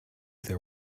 there